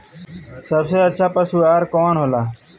सबसे अच्छा पशु आहार कवन हो ला?